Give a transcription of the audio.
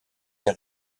der